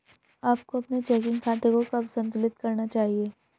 आपको अपने चेकिंग खाते को कब संतुलित करना चाहिए?